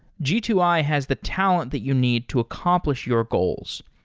g two i has the talent that you need to accomplish your goals.